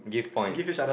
give points